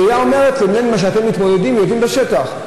שהעירייה אומרת לבין מה שאתם מתמודדים ויודעים בשטח.